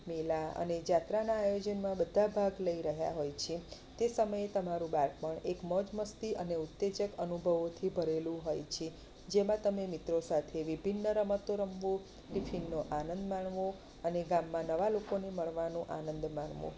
મેળા અને જાત્રાના આયોજનમાં બધાં ભાગ લઈ રહ્યાં હોય છે તે સમયે તમારું બાળપણ એક મોજ મસ્તી અને ઉત્તેજક અનુભવોથી ભરેલું હોય છે જેમાં તમે મિત્રો સાથે વિભિન્ન રમતો રમવું ટિફિનનો આનંદ માણવો અને ગામમાં નવાં લોકોને મળવાનો આનંદ માણવો